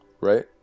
right